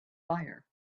fire